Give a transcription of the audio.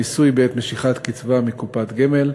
מיסוי בעת משיכת קצבה מקופת גמל,